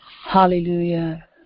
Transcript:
Hallelujah